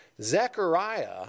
Zechariah